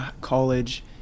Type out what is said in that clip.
college